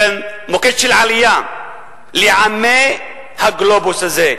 מוקד עלייה לעמי הגלובוס הזה,